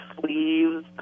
sleeves